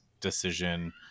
decision